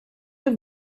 have